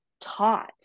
taught